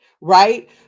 right